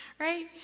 Right